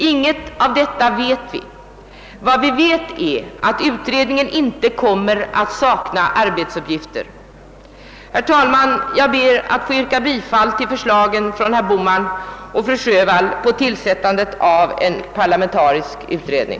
Ingenting av allt detta vet vi. Vad vi vet är att utredningen inte kommer att sakna arbetsuppgifter. Herr talman! Jag ber att få tillstyrka förslaget från herr Bohman och fru Sjövall om tillsättande av en parlamentarisk utredning.